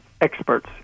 experts